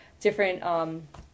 different